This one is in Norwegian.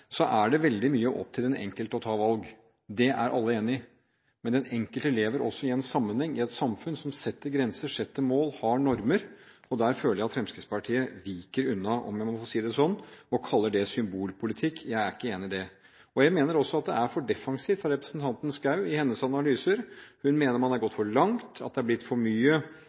det er veldig mye opp til den enkelte å ta valg. Det er alle enig i. Men den enkelte lever også i en sammenheng, i et samfunn som setter grenser, setter mål og har normer, og der føler jeg at Fremskrittspartiet viker unna, om jeg må få si det sånn, og kaller det symbolpolitikk. Jeg er ikke enig i det. Jeg mener også at det er for defensivt fra representanten Schou i hennes analyser. Hun mener man har gått for langt, at det har blitt for mye